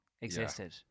existed